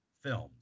films